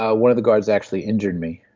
ah one of the guards actually injured me,